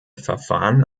verfahren